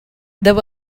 there